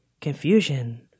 confusion